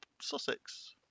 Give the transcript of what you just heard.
Sussex